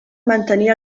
mantenir